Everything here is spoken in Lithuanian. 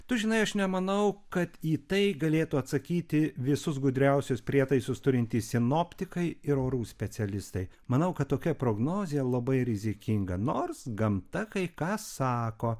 tu žinai aš nemanau kad į tai galėtų atsakyti visus gudriausius prietaisus turintys sinoptikai ir orų specialistai manau kad tokia prognozė labai rizikinga nors gamta kai ką sako